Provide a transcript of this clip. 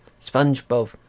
Spongebob